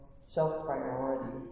self-priority